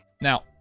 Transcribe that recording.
Now